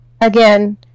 again